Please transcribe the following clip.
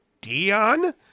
Dion